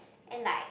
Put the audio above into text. and like